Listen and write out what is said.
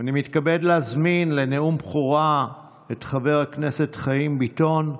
אני מתכבד להזמין לנאום בכורה את חבר הכנסת חיים ביטון.